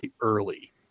early